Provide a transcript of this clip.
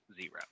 zero